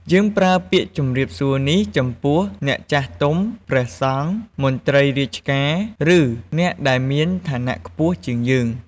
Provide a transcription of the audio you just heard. យើងប្រើពាក្យជម្រាបសួរនេះចំពោះអ្នកចាស់ទុំ ព្រះសង្ឃ មន្ត្រីរាជការ ឬ អ្នកដែលមានឋានៈខ្ពស់ជាងយើង។